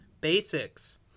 Basics